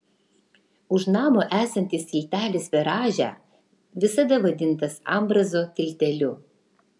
už namo esantis tiltelis per rąžę visada vadintas ambrazo tilteliu